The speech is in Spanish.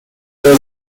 royal